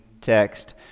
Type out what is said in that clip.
text